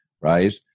right